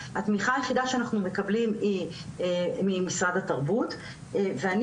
התמיכה היחידה שאנחנו מקבלים היא ממשרד התרבות ואני